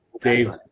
Dave